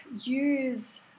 use